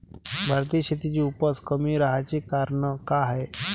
भारतीय शेतीची उपज कमी राहाची कारन का हाय?